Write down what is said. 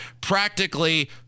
practically